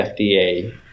FDA